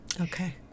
okay